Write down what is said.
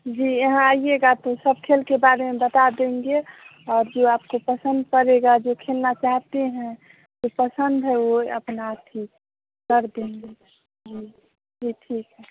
जी यहाँ आइएगा तो सब खेल के बारे में बता देंगे और जो आपको पसंद पड़ेगा जो खेलना चाहते हैं जो पसंद है यह अपना अथी कर देंगे जी ठीक है